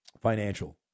financial